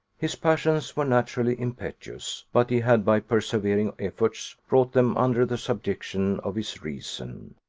his passions were naturally impetuous, but he had by persevering efforts brought them under the subjection of his reason.